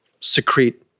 secrete